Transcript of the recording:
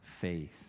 faith